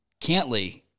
Cantley